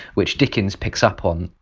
which dickens picks up on.